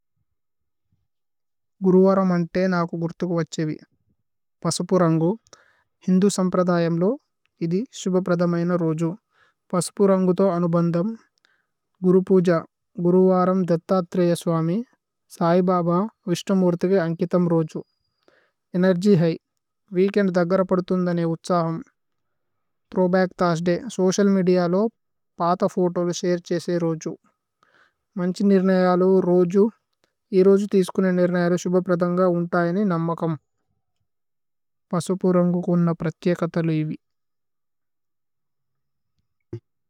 ഗുരുവരമ് അന്തേ നാകു ഗുര്ഥുകു വഛേവി। പസുപു രന്ഗു ഹിന്ദു സമ്പ്രദയമ്ലോ ഇഥി। ശുഭ പ്രദമയേന രോജു പസുപു രന്ഗു। തോ അനുബന്ധമ് ഗുരു പൂജ ഗുരുവരമ്। ദത്തത്രേയ സ്വമ്യ് സൈ ഭബ വിശ്നു മുര്ഥുഗേ। ന്കിഥമ് രോജു ഏനേര്ഗ്യ് ഹിഘ് വീകേന്ദ് ദഗ്ഗര। പദുഥുന്ദനേ ഉത്സഹമ് ഥ്രോവ്ബച്ക് ഥുര്സ്ദയ്। സോചിഅല് മേദിഅ ലോ പാത ഫോതോലു ശരേ ഛേസേയ। രോജു മന്ഛി നിര്നയലു രോജു ഏ രോജു ഥീസ്കുനേ। നിര്നയലു ശുഭ പ്രദമ്ഗ ഉന്തയനേ। നമ്മകമ് പസുപു രന്ഗു കോന്ന പ്രഥ്യകഥലു ഇവി।